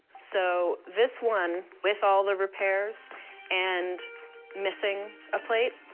so this one, with all the repairs and missing a plate,